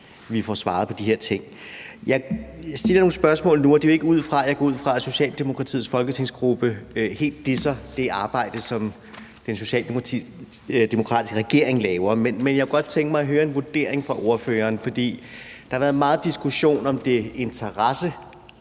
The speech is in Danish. vi får svaret på de her ting. Jeg stiller nogle spørgsmål nu, og det er ikke, fordi jeg går ud fra, at Socialdemokratiets folketingsgruppe helt disser det arbejde, som den socialdemokratiske regering laver, men jeg kunne godt tænke mig at høre en vurdering fra ordføreren. For der har været megen diskussion om den interessebaserede